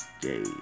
day